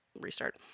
restart